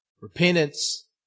Repentance